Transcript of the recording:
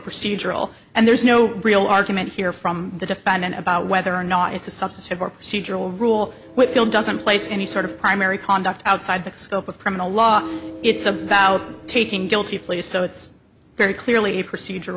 procedural and there's no real argument here from the defendant about whether or not it's a substantive or procedural rule whitfield doesn't place any sort of primary conduct outside the scope of criminal law it's about taking guilty pleas so it's very clearly a